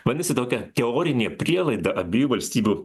vadinasi tokia teorinė prielaida abiejų valstybių